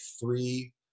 three